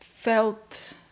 felt